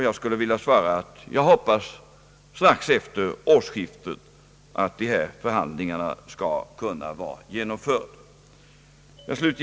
Jag skulle vilja svara att jag hoppas att dessa förhandlingar skall kunna vara genomförda strax efter årsskiftet.